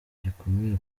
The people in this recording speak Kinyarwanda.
gikomeye